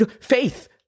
Faith